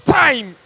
time